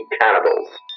cannibals